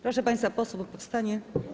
Proszę państwa posłów o powstanie.